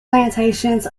plantations